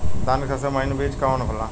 धान के सबसे महीन बिज कवन होला?